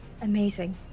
Amazing